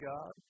God